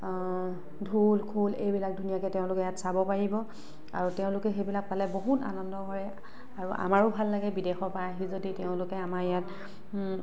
ঢোল খোল এইবিলাক তেওঁলোকে ধুনীয়াকৈ ইয়াত চাব পাৰিব আৰু তেওঁলোকে সেইবিলাক পালে বহুত আনন্দ কৰে আৰু আমাৰো ভাল লাগে বিদেশৰপৰা আহি যদি তেওঁলোকে আমাৰ ইয়াত